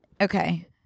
Okay